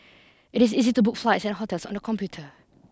it is easy to book flights and hotels on the computer